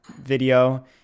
video